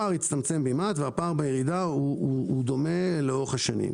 הפער הצטמצם במעט והפער בירידה דומה לאורך השנים.